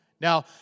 Now